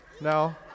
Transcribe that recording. No